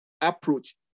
approach